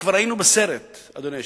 וכבר היינו בסרט, אדוני היושב-ראש.